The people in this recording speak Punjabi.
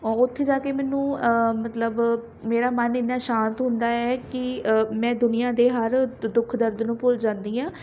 ਉੱਥੇ ਜਾ ਕੇ ਮੈਨੂੰ ਮਤਲਬ ਮੇਰਾ ਮਨ ਇੰਨਾ ਸ਼ਾਂਤ ਹੁੰਦਾ ਹੈ ਕਿ ਮੈਂ ਦੁਨੀਆ ਦੇ ਹਰ ਦੁੱਖ ਦਰਦ ਨੂੰ ਭੁੱਲ ਜਾਂਦੀ ਹਾਂ